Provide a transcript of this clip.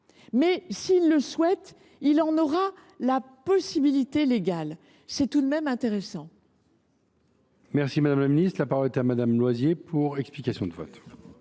s’il le souhaite, il en aura la possibilité légale. C’est tout de même intéressant.